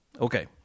Okay